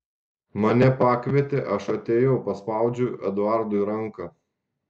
mane pakvietė aš atėjau paspaudžiau eduardui ranką